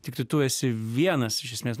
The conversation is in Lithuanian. tiktai tu esi vienas iš esmės